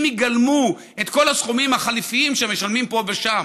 אם יגלמו את כל הסכומים החליפיים שמשלמים פה ושם.